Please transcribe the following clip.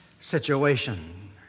situation